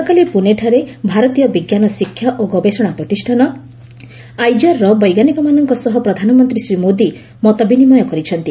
ଗତକାଲି ପୁନେଠାରେ ଭାରତୀୟ ବିଜ୍ଞାନ ଶିକ୍ଷା ଓ ଗବେଷଣା ପ୍ରତିଷ୍ଠାନ ଆଇଜର୍ର ବୈଜ୍ଞାନିକମାନଙ୍କ ସହ ପ୍ରଧାନମନ୍ତ୍ରୀ ଶ୍ରୀ ମୋଦି ମତ ବିନିମୟ କରିଛନ୍ତି